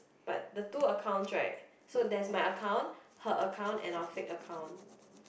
but the two accounts right so there's my account her account and our fake account